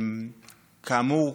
כאמור,